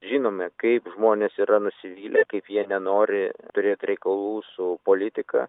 žinome kaip žmonės yra nusivylę kaip jie nenori turėt reikalų su politika